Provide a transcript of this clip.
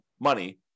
money